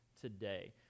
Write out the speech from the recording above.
today